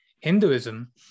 Hinduism